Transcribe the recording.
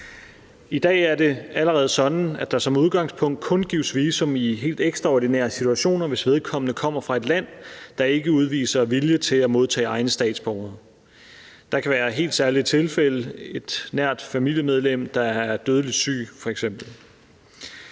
I dag er det allerede sådan, at der som udgangspunkt kun gives visum i helt ekstraordinære situationer, hvis vedkommende kommer fra et land, der ikke udviser vilje til at modtage egne statsborgere. Der kan være helt særlige tilfælde, f.eks. et nært familiemedlem, der er dødeligt syg.